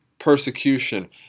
persecution